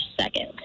second